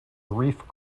reef